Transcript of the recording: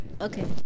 Okay